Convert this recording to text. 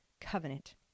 covenant